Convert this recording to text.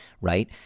right